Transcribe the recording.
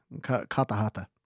Katahata